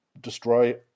destroy